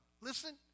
Listen